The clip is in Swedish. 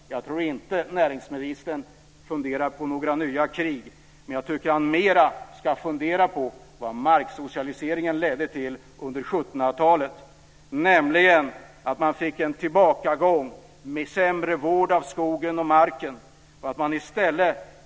Jag tror inte att näringsministern funderar på några nya krig, men jag tycker att han mer ska fundera på vad marksocialiseringen ledde till under 1700-talet, nämligen till att man fick en tillbakagång med sämre vård av skogen och marken.